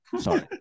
Sorry